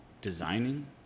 designing